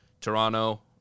Toronto